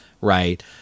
right